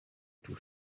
too